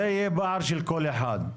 זה יהיה פער של קול אחד.